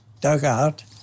dugout